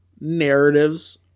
narratives